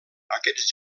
aquests